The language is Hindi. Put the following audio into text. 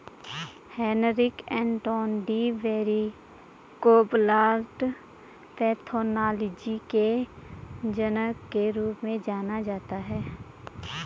हेनरिक एंटोन डी बेरी को प्लांट पैथोलॉजी के जनक के रूप में जाना जाता है